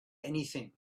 anything